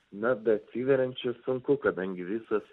net beatsiveriančias sunku kadangi visas